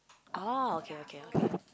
orh okay okay okay